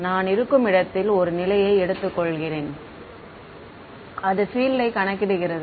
நான் இருக்கும் இடத்தில் ஒரு நிலையை இங்கு எடுத்துக்கொள்கிறேன் அது பீல்ட் யை கணக்கிடுகிறது